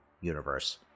Universe